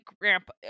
Grandpa